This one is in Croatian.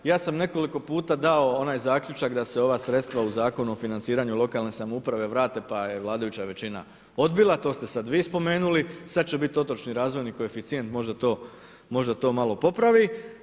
Ja sam nekoliko puta dao onaj zaključak da se ova sredstva u Zakonu o financiranju lokalne samouprave uprave vrate pa je vladajuća većina odbila, to ste sada vi spomenuli, sada će biti otočni razvojni koeficijent možda to malo popravi.